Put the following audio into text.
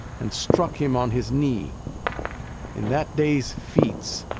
and struck him on his knee in that day's feats,